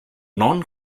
non